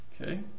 Okay